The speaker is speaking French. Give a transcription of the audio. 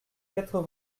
quatre